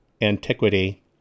antiquity